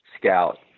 scout